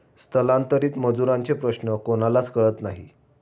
स्थलांतरित मजुरांचे प्रश्न कोणालाच कळत नाही